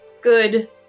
good